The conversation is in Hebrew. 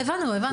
באוצר,